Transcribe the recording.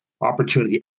opportunity